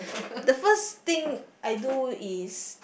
the first I do is